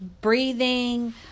breathing